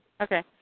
Okay